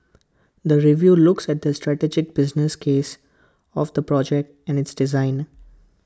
the review looks at the strategic business case of the project and its design